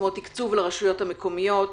כמו תקצוב לרשויות המקומיות.